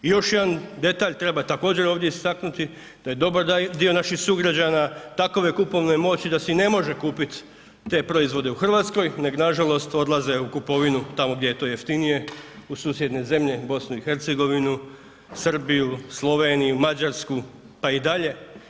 Još jedan detalj treba također ovdje istaknuti da je dobar dio naših sugrađana takove kupovne moći da si ne može kupiti te proizvode u Hrvatskoj nego nažalost odlaze u kupovinu tamo gdje je to jeftinije u susjedne zemlje, BiH, Srbiju, Sloveniju, Mađarsku pa i dalje.